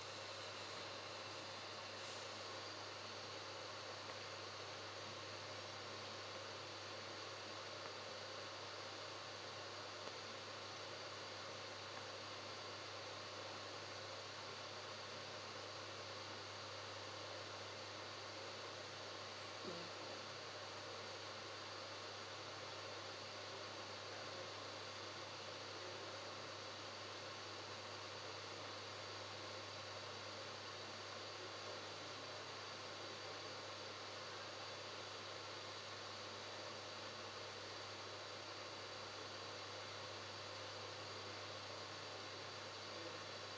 mmhmm